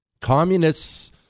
communists